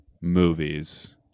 movies